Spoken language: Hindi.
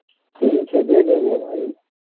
ठीक है दे देंगे भाई